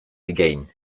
again